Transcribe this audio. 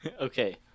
Okay